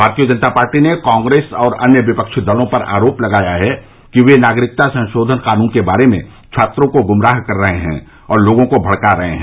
भारतीय जनता पार्टी ने कांग्रेस और अन्य विपक्षी दलों पर आरोप लगाया है कि वे नागरिकता संशोधन कानून के बारे में छात्रों को गुमराह कर रहे हैं और भड़का रहे हैं